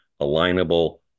alignable